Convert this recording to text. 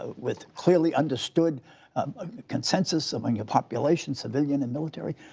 with clearly understood consensus among your population, civilian and military.